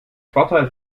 vorteil